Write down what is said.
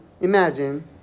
imagine